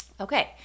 Okay